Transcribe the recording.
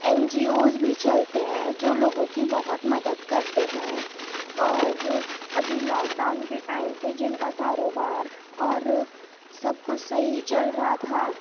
N G Os بھی چلتے ہیں جو لوگوں کی بہت مدد کرتے ہیں اور ابھی لاک ڈاؤن کے ٹائم پہ جن کا کاروبار اور سب کچھ صحیح چل رہا تھا